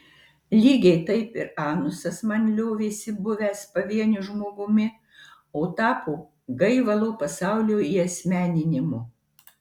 lygiai taip ir anusas man liovėsi buvęs pavieniu žmogumi o tapo gaivalo pasaulio įasmeninimu